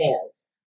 hands